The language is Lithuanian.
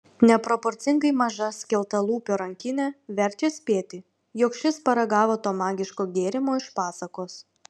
neproporcingai maža skeltalūpio rankinė verčia spėti jog šis paragavo to magiško gėrimo iš pasakos